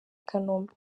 kanombe